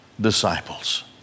disciples